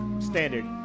Standard